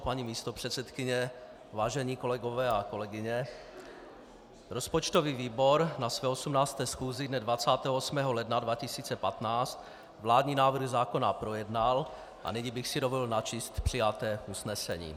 Paní místopředsedkyně, vážení kolegové a kolegyně, rozpočtový výbor na své 18. schůzi dne 28. ledna 2015 vládní návrhy zákona projednal a nyní bych si dovolil načíst přijaté usnesení.